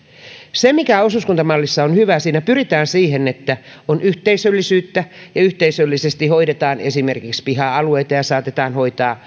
se mikä osuuskuntamallissa on hyvää on se että siinä pyritään siihen että on yhteisöllisyyttä ja yhteisöllisesti hoidetaan esimerkiksi piha alueita ja saatetaan hoitaa